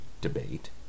debate